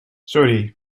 sorry